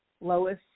Lois